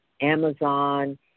Amazon